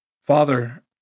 Father